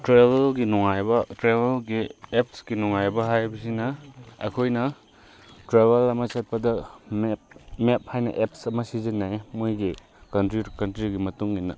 ꯇ꯭ꯔꯦꯕꯦꯜꯒꯤ ꯅꯨꯡꯉꯥꯏꯕ ꯇ꯭ꯔꯦꯕꯦꯜꯒꯤ ꯑꯦꯞꯁꯀꯤ ꯅꯨꯡꯉꯥꯏꯕ ꯍꯥꯏꯕꯁꯤꯅ ꯑꯩꯈꯣꯏꯅ ꯇ꯭ꯔꯦꯕꯦꯜ ꯑꯃ ꯆꯠꯄꯗ ꯃꯦꯞ ꯃꯦꯞ ꯍꯥꯏꯅ ꯑꯦꯞꯁ ꯑꯃ ꯁꯤꯖꯤꯟꯅꯩ ꯃꯣꯏꯒꯤ ꯀꯟꯇ꯭ꯔꯤ ꯇꯨ ꯀꯟꯇ꯭ꯔꯤꯒꯤ ꯃꯇꯨꯡ ꯏꯟꯅ